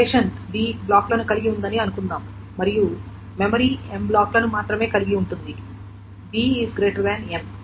relation b బ్లాక్లను కలిగి ఉందని అనుకుందాం మరియు మెమరీ M బ్లాక్లను మాత్రమే కలిగి ఉంటుంది b M